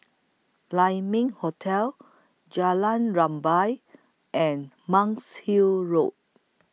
Lai Ming Hotel Jalan Rumbia and Monk's Hill Road